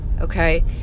okay